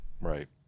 Right